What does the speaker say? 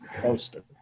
posted